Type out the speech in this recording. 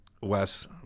Wes